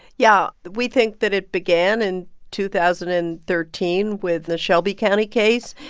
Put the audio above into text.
yeah, we think that it began in two thousand and thirteen with the shelby county case.